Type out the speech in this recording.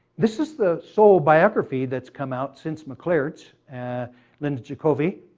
this is the sole biography that's come out since mclaird's and linda jucovy.